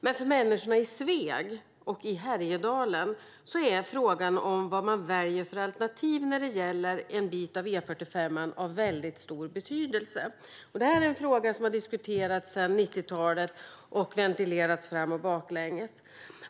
Men för människorna i Sveg och Härjedalen är frågan om vad man väljer för alternativ när det gäller en bit av E45:an av stor betydelse. Det här är en fråga som har diskuterats och ventilerats fram och baklänges sedan 90-talet.